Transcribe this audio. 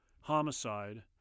homicide